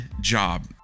job